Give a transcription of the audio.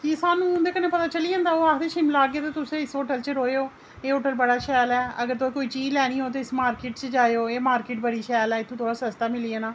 ते सानू ओह्दे कन्नै पता चली जंदा ओह् आखदे शिमला औगे तुस इस होटल च रौह्यो एह् होटल बड़ा शैल ऐ अगर तुस कोई चीज लैनी होग ते इस मार्केट जाएओ एह् मार्केट बड़ी शैल ऐ थोह्ड़ा सस्ता मिली जाना